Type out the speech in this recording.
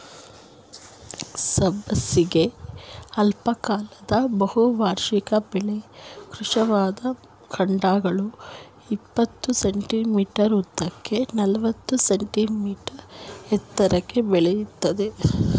ಸಬ್ಬಸಿಗೆ ಅಲ್ಪಕಾಲದ ಬಹುವಾರ್ಷಿಕ ಬೆಳೆ ಕೃಶವಾದ ಕಾಂಡಗಳು ಇಪ್ಪತ್ತು ಸೆ.ಮೀ ಉದ್ದಕ್ಕೆ ನಲವತ್ತು ಸೆ.ಮೀ ಎತ್ತರಕ್ಕೆ ಬೆಳಿತದೆ